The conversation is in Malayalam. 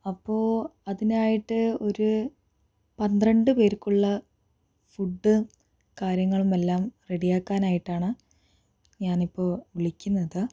അപ്പോൾ അതിനായിട്ട് ഒരു പന്ത്രണ്ടു പേർക്കുള്ള ഫുഡ് കാര്യങ്ങളുമെല്ലാം റെഡിയാക്കാനായിട്ടാണ് ഞാൻ ഇപ്പോൾ വിളിക്കുന്നത്